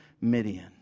Midian